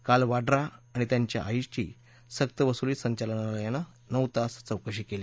काल वाड्रा आणि त्यांच्या आईची सर्तवसुली संचालनालयानं नऊ तास चौकशी केली